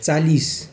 चालिस